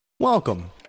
Welcome